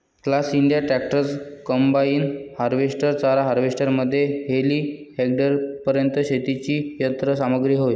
class India tractors, combine harvester, चारा harvester मध्ये टेलीहँडलरपर्यंत शेतीची यंत्र सामग्री होय